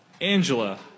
Angela